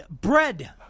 bread